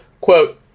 Quote